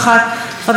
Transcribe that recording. מוותר,